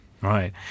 Right